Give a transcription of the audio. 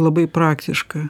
labai praktiška